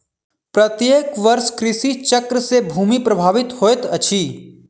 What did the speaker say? प्रत्येक वर्ष कृषि चक्र से भूमि प्रभावित होइत अछि